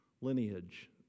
lineage